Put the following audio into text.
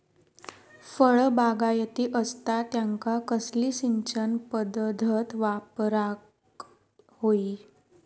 फळबागायती असता त्यांका कसली सिंचन पदधत वापराक होई?